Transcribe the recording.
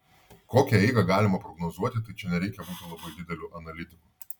kokią eigą galima prognozuoti tai čia nereikia būti labai dideliu analitiku